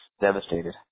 devastated